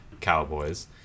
Cowboys